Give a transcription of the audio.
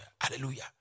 hallelujah